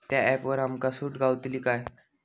त्या ऍपवर आमका सूट गावतली काय?